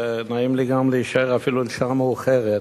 ונעים גם להישאר אפילו שעה יותר מאוחר,